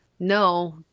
No